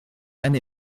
eine